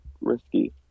risky